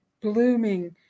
blooming